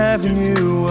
Avenue